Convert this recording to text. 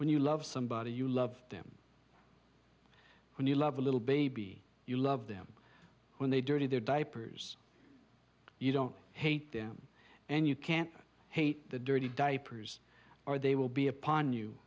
when you love somebody you love them when you love a little baby you love them when they dirty their diapers you don't hate them and you can't hate the dirty diapers or they will be upon you